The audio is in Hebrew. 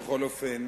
בכל אופן,